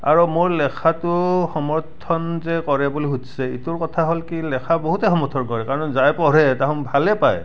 আৰু মোৰ লেখাটো সমৰ্থন যে কৰে বুলি সুধিছে এইটোৰ কথা হ'ল কি লেখা বহুতে সমৰ্থন কৰে কাৰণ যিয়ে পঢ়ে তাহোন ভালে পায়